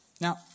Now